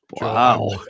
Wow